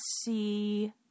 see